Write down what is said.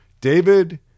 David